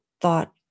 thought